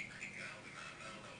הם יכולים ברגע אחד,